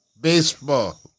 Baseball